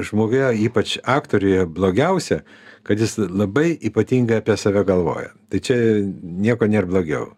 žmoguje ypač aktoriuje blogiausia kad jis labai ypatingai apie save galvoja tai čia nieko nėr blogiau